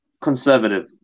conservative